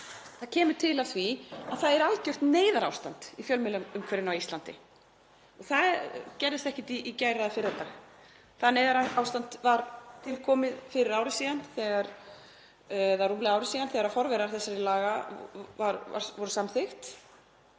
Það kemur til af því að það er algjört neyðarástand í fjölmiðlaumhverfinu á Íslandi og það gerðist ekkert í gær eða fyrradag. Það neyðarástand var til komið fyrir rúmlega ári síðan þegar forverar þessara laga voru samþykktir